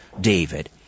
David